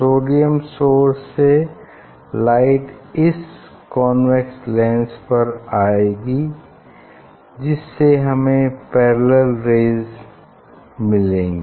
sodium source से light इस convex lens पर आएगी जिससे हमें पैरेलल रेज़ मिलेंगी